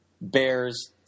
Bears